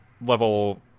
level